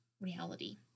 reality